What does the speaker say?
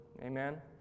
Amen